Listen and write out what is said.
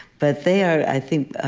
but they are, i think,